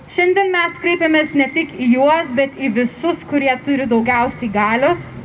šiandien mes kreipiamės ne tik į juos bet į visus kurie turi daugiausiai galios